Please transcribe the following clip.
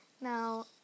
Now